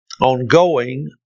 ongoing